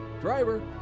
Driver